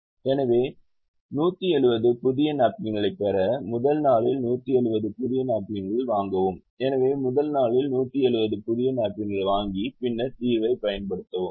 எனவே 170 புதிய நாப்கின்களை பெற முதல் நாளில் 170 புதிய நாப்கின்களை வாங்கவும் எனவே முதல் நாளில் 170 புதிய நாப்கின்களை வாங்கி பின்னர் தீர்வை பயன்படுத்தவும்